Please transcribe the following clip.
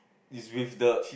it's with the